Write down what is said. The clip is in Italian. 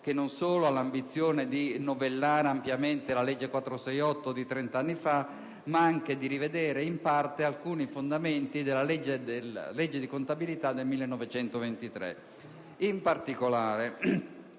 che non solo ha l'ambizione di novellare ampiamente la legge n. 468 di trent'anni fa, ma anche di rivedere, in parte, alcuni fondamenti della legge di contabilità del 1923.